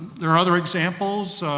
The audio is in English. there are other examples. ah,